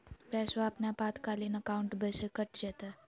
पैस्वा अपने आपातकालीन अकाउंटबा से कट जयते?